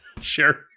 Sure